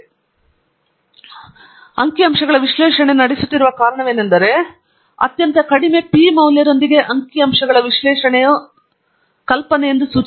ಅಂದರೆ ನೀವು ಹೌದು ಎಂದು ಹೇಳುವುದಿಲ್ಲ ನಾನು ಹೌದು ಎಂದು ಹೇಳಬಹುದು ಮತ್ತು ನಾವು ಅಂಕಿಅಂಶಗಳ ವಿಶ್ಲೇಷಣೆ ನಡೆಸುತ್ತಿರುವ ಕಾರಣವೇನೆಂದರೆ ಆದರೆ ಅದರ ಅತ್ಯಂತ ಕಡಿಮೆ P ಮೌಲ್ಯದೊಂದಿಗೆ ಅಂಕಿಅಂಶಗಳ ವಿಶ್ಲೇಷಣೆಯು ಕಲ್ಪನೆ ಎಂದು ಸೂಚಿಸುತ್ತದೆ